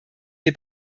wir